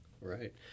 right